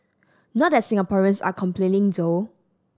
not that Singaporeans are complaining though